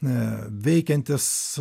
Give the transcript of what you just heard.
e veikiantis